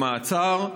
למעצר,